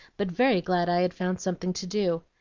but very glad i'd found something to do.